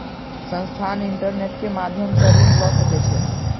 संस्थान, इंटरनेट के माध्यम सॅ ऋण लय सकै छै